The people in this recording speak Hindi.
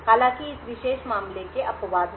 हालांकि इस विशेष मामले के अपवाद हैं